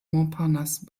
montparnasse